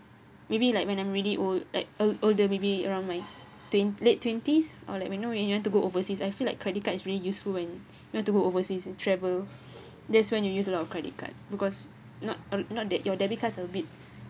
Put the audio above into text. maybe like when I'm really old like old older maybe around my twen~ late twenties or like when know you want to go overseas I feel like credit card is really useful when you want to go overseas and travel that's when you use a lot of credit card because not not that your debit cards a bit